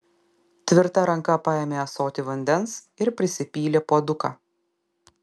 tvirta ranka paėmė ąsotį vandens ir prisipylė puoduką